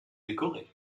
décoré